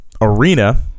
arena